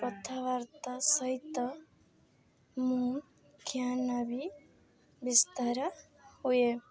କଥାବାର୍ତ୍ତା ସହିତ ମୋ ଜ୍ଞାନ ବି ବିସ୍ତାର ହୁଏ